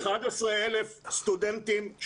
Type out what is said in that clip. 11,000 סטודנטים,